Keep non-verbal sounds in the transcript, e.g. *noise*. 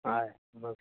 ಹಾಂ *unintelligible*